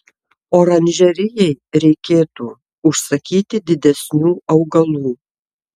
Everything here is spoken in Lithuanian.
oranžerijai reikėtų užsakyti didesnių augalų